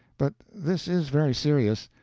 but this is very serious.